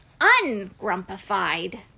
ungrumpified